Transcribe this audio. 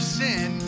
sin